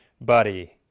buddy